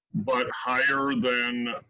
but higher than